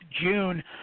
June